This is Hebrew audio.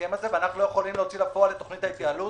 בהסכם הזה ואנחנו לא יכולים להוציא לפועל את תוכנית ההתייעלות,